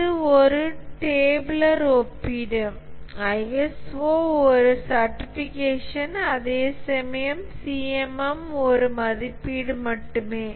இது ஒரு டேபுளர்ஒப்பீடு ISO ஒரு சர்ட்டிஃபிகேஷன் அதேசமயம் CMM ஒரு மதிப்பீடு மட்டுமே